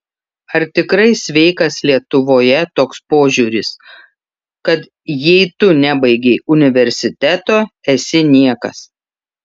ar tikrai sveikas lietuvoje toks požiūris kad jei tu nebaigei universiteto esi niekas